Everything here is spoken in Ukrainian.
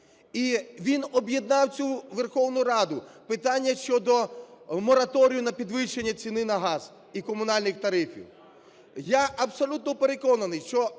він об'єднав цю Верховну Раду – питання щодо мораторію на підвищення ціни на газ і комунальних тарифів. Я абсолютно переконаний, що